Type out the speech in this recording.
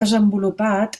desenvolupat